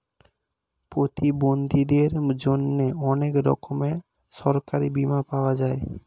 প্রতিবন্ধীদের জন্যে অনেক রকমের সরকারি বীমা পাওয়া যায়